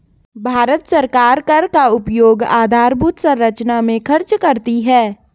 भारत सरकार कर का उपयोग आधारभूत संरचना में खर्च करती है